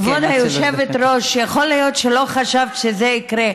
כבוד היושבת-ראש, יכול להיות שלא חשבת שזה יקרה,